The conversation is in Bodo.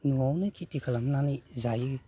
न'आवनो खेथि खालामनानै जायो